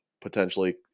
potentially